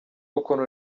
ukuntu